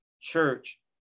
church